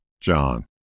John